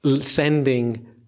sending